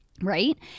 right